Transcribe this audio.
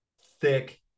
thick